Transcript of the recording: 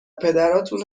پدراتون